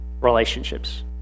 relationships